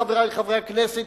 חברי חברי הכנסת,